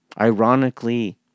Ironically